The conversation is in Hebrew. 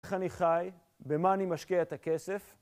איך אני חי, במה אני משקיע את הכסף